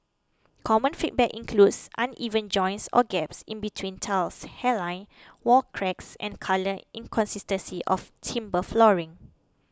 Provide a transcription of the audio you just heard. common feedback includes uneven joints or gaps in between tiles hairline wall cracks and colour inconsistency of timber flooring